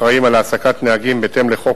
אחראים על העסקת נהגים בהתאם לחוק,